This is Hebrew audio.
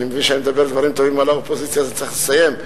אני מבין שאני מדבר דברים טובים על האופוזיציה אז צריך לסיים?